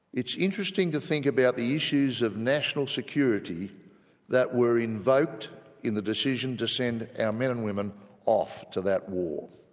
it's interesting to think about the issues of national security that were invoked in the decision to send our men and women off to that war.